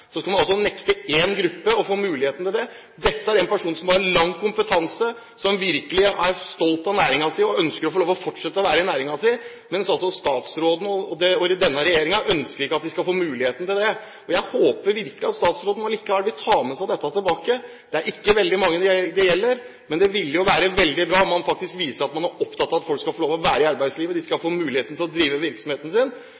skal man altså nekte én gruppe å få mulighet til det. Dette er en person som har lang kompetanse, som virkelig er stolt av næringen sin og ønsker å få lov til å fortsette med å være i næringen sin, mens altså statsråden og denne regjeringen ikke ønsker at han skal få mulighet til det. Jeg håper virkelig at statsråden vil ta med seg dette tilbake. Det er ikke veldig mange det gjelder. Men det ville jo være veldig bra om man faktisk viser at man er opptatt av at folk skal få lov til å være i arbeidslivet, at de skal